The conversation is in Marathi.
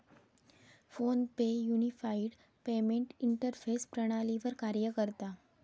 फोन पे युनिफाइड पेमेंट इंटरफेस प्रणालीवर कार्य करता